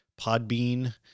Podbean